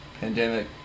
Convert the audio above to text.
pandemic